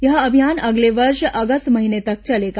यह अभियान अगले वर्ष अगस्त महीने तक चलेगा